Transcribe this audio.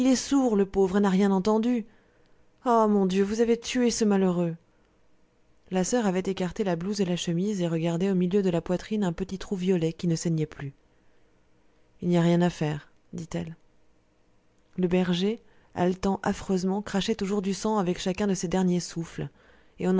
le pauvre et n'a rien entendu ah mon dieu vous avez tué ce malheureux la soeur avait écarté la blouse et la chemise et regardait au milieu de la poitrine un petit trou violet qui ne saignait plus il n'y a rien à faire dit-elle le berger haletant affreusement crachait toujours du sang avec chacun de ses derniers souffles